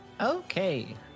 Okay